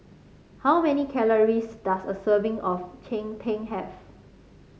how many calories does a serving of Cheng Tng have